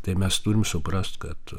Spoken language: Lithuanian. tai mes turim suprast kad